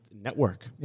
network